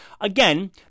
Again